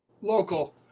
local